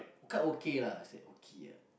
quite okay lah I say okay ah